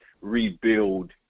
rebuild